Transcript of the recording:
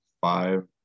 five